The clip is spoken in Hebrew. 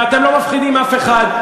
ואתם לא מפחידים אף אחד,